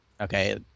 Okay